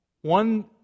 one